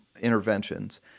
interventions